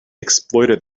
exploited